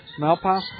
Malpass